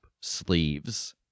sleeves